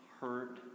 hurt